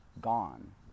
gone